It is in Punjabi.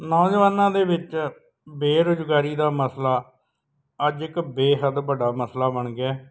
ਨੌਜਵਾਨਾਂ ਦੇ ਵਿੱਚ ਬੇਰੁਜ਼ਗਾਰੀ ਦਾ ਮਸਲਾ ਅੱਜ ਇੱਕ ਬੇਹੱਦ ਵੱਡਾ ਮਸਲਾ ਬਣ ਗਿਆ